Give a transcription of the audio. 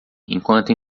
enquanto